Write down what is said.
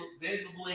visibly